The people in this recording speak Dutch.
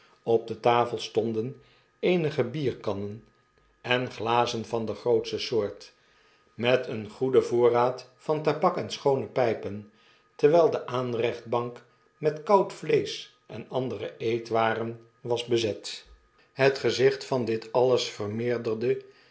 op de tafel stonden eenige bierkannen en glazen van de grootste soort met een goeden voorraad van tabak en schoone pijpen terwijl de aanrechtbank niet koud vleesch en andere eetwaren was bezet het gezicht van dit alles